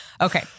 Okay